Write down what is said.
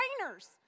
trainers